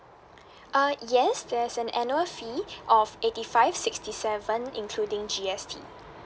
uh yes there's an annual fee of eighty five sixty seven including G_S_T